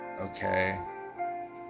Okay